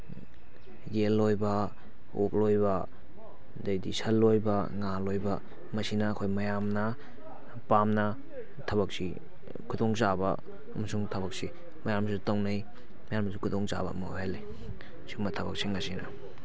ꯌꯦꯟ ꯂꯣꯏꯕ ꯑꯣꯛ ꯂꯣꯏꯕ ꯑꯗꯩꯗꯤ ꯁꯟ ꯂꯣꯏꯕ ꯉꯥ ꯂꯣꯏꯕ ꯃꯁꯤꯅ ꯑꯩꯈꯣꯏ ꯃꯌꯥꯝꯅ ꯄꯥꯝꯅ ꯊꯕꯛꯁꯤ ꯈꯨꯗꯣꯡꯆꯥꯕ ꯑꯃꯁꯨꯡ ꯊꯕꯛꯁꯤ ꯃꯌꯥꯝꯁꯨ ꯇꯧꯅꯩ ꯃꯌꯥꯝꯗꯁꯨ ꯈꯨꯗꯣꯡꯆꯥꯕ ꯑꯃ ꯑꯣꯏꯈꯜꯂꯤ ꯁꯨꯝꯕ ꯊꯕꯛꯁꯤꯡ ꯑꯁꯤꯅ